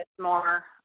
more